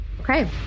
okay